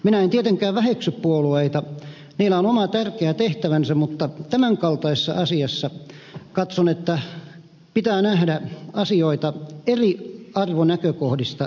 minä en tietenkään väheksy puolueita niillä on oma tärkeä tehtävänsä mutta tämänkaltaisessa asiassa katson että pitää nähdä asioita eri arvonäkökohdista käsin